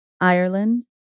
Ireland